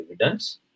evidence